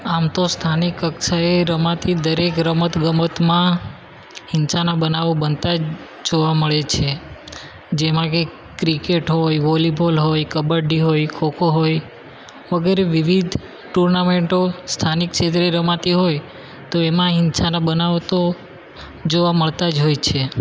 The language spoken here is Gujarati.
આમ તો સ્થાનિક કક્ષાએ રમાતી દરેક રમતગમતમાં હિંસાના બનાવો બનતા જ જોવા મળે છે જેમાં કે ક્રિકેટ હોય વોલીબોલ હોય કબડ્ડી હોય ખોખો હોય વગેરે વિવિધ ટુર્નામેંટો સ્થાનિક ક્ષેત્રે રમાતી હોય તો એમાં હિંસાના બનાવ તો જોવા મળતા જ હોય છે